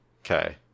Okay